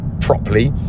properly